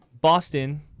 Boston